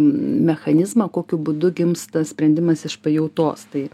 mechanizmą kokiu būdu gimsta sprendimas iš pajautos tai